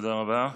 תודה רבה.